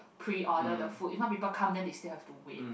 pre order the food if not people come then they still have to wait